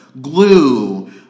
glue